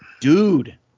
Dude